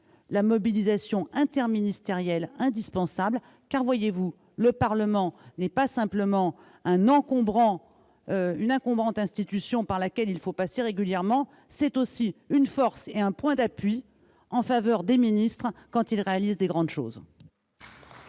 mobilisation interministérielle. Car, voyez-vous, le Parlement n'est pas simplement une encombrante institution par laquelle il faut passer régulièrement, c'est aussi une force et un point d'appui pour les ministres quand ils réalisent des grandes choses.